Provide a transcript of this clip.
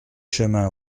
chemin